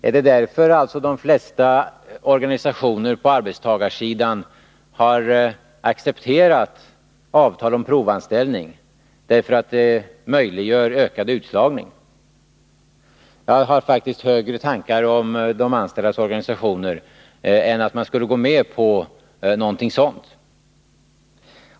Är det för att möjliggöra ökad utslagning som de flesta organisationer på arbetstagarsidan har accepterat avtal om provanställning? Jag har faktiskt högre tankar än så om de anställdas organisationer. Jag tror inte att de skulle gå med på någonting sådant.